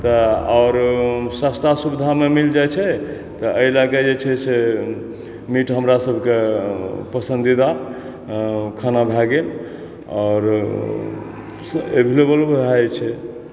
तऽ आओर सस्ता सुविधामे मिल जाइ छै तऽ एहि लऽ कऽ जे छै से मीट हमरासभ के पसंदीदा खाना भऽ गेल आओर से एवेलेबलो भऽ जायछे